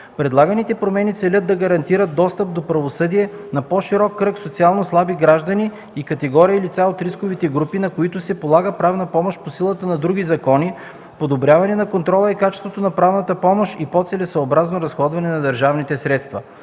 Предлаганите промени целят да гарантират достъп до правосъдие на по-широк кръг социално слаби граждани и категории лица от рисковите групи, на които се полага правна помощ по силата на други закони, подобряване на контрола и качеството на правната помощ и по-целесъобразно разходване на държавните средства.